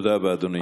תודה רבה, אדוני.